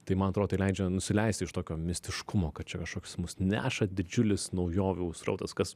tai man atrodo tai leidžia nusileisti iš tokio mistiškumo kad čia kažkoks mus neša didžiulis naujovių srautas kas